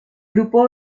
grupo